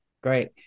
Great